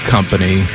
Company